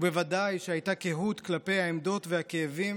ובוודאי שהייתה קהות כלפי העמדות והכאבים